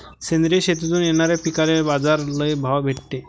सेंद्रिय शेतीतून येनाऱ्या पिकांले बाजार लई भाव भेटते